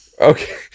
Okay